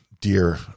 Dear